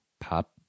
pop